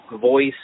voice